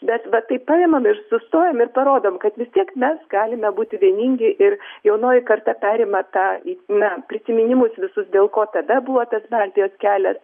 bet va taip paimam ir sustojam ir parodom kad vis tiek mes galime būti vieningi ir jaunoji karta perima tą na prisiminimus visus dėl ko tada buvo tas baltijos kelias